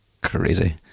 crazy